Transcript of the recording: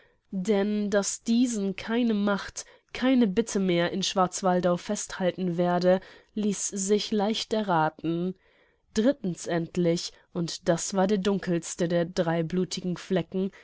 denn daß diesen keine macht keine bitte mehr in schwarzwaldau festhalten werde ließ sich leicht errathen drittens endlich und das war der dunkelste der drei blutigen flecken